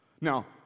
Now